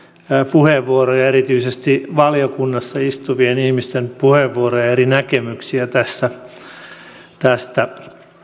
puheenvuoroja erityisesti valiokunnassa istuvien ihmisten puheenvuoroja ja eri näkemyksiä tästä